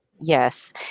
Yes